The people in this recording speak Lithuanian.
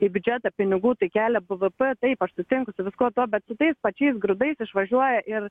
į biudžetą pinigų tai kelia b v p taip aš sutinku su viskuo tuo bet su tais pačiais grūdais išvažiuoja ir